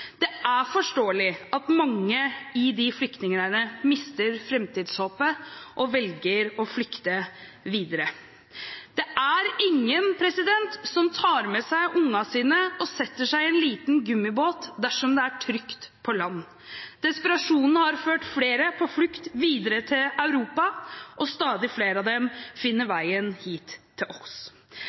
Det er forståelig at mange i de flyktningleirene mister framtidshåpet og velger å flykte videre. Det er ingen som tar med seg ungene sine og setter seg i en liten gummibåt dersom det er trygt på land. Desperasjonen har ført flere på flukt videre til Europa, og stadig flere av dem finner veien hit til oss.